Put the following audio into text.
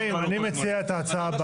חברים, אני מציע את ההצעה הבאה.